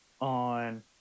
on